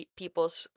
people's